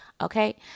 Okay